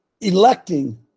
electing